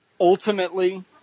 ultimately